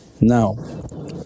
Now